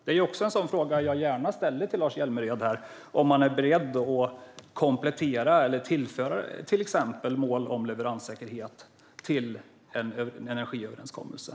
Detta är också en fråga som jag gärna ställer till Lars Hjälmered: Är man beredd att komplettera energiöverenskommelsen med mål om till exempel leveranssäkerhet?